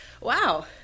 wow